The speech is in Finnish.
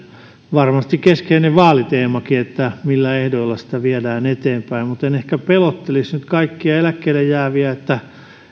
keskeinen vaaliteemakin että millä ehdoilla sitä viedään eteenpäin mutta en nyt ehkä pelottelisi kaikkia eläkkeelle jääviä että